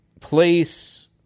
place